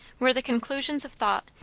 where the conclusions of thought,